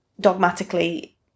dogmatically